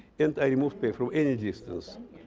and i remove pain from any distance.